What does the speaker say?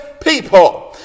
people